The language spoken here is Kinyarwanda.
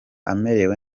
amerewe